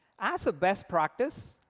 as a best practice,